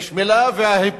יש מלה והיפוכה.